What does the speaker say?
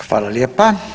Hvala lijepa.